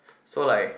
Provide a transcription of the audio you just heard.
so like